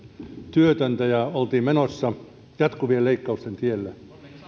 työtöntä ja oltiin menossa jatkuvien leikkausten tielle